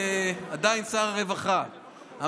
עדיין שר הרווחה,